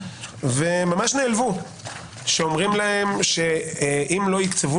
וממש נעלבו מכך שאומרים להם שאם לא יקצבו